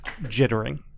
jittering